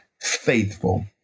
faithful